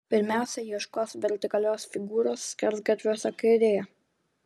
pirmiausia ieškos vertikalios figūros skersgatviuose kairėje